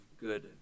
good